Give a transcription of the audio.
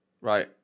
Right